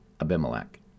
Abimelech